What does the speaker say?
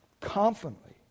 confidently